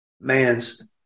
man's